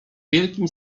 wielkim